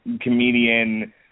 comedian